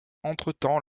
entretemps